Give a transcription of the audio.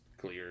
clear